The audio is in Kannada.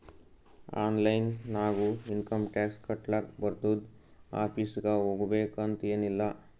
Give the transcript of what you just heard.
ಆನ್ಲೈನ್ ನಾಗು ಇನ್ಕಮ್ ಟ್ಯಾಕ್ಸ್ ಕಟ್ಲಾಕ್ ಬರ್ತುದ್ ಆಫೀಸ್ಗ ಹೋಗ್ಬೇಕ್ ಅಂತ್ ಎನ್ ಇಲ್ಲ